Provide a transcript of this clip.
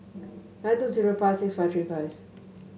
nine two zero five six five three five